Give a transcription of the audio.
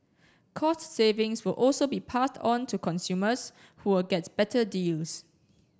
cost savings will also be passed onto consumers who will get better deals